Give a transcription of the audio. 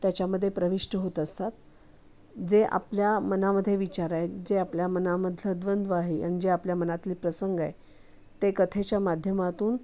त्याच्यामध्ये प्रविष्ट होत असतात जे आपल्या मनामध्ये विचार आहेत जे आपल्या मनामधलं द्वंद्व आहे आणि जे आपल्या मनातले प्रसंग आहे ते कथेच्या माध्यमातून